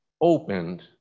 opened